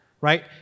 right